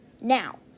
Now